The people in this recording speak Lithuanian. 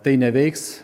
tai neveiks